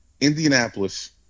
Indianapolis